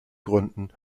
gründen